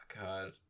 god